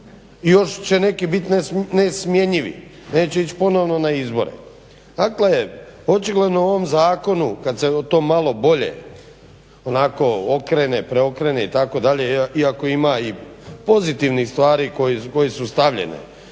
još će neki biti nesmjenjivi neće ići ponovno na izbore. Dakle, očigledno u ovom zakonu kada se to malo bolje onako okrene, preokrene itd. iako ima i pozitivnih stvari koje su stavljane